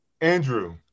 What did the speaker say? Andrew